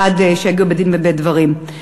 עד שיגיעו בדין ודברים,